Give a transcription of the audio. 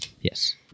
Yes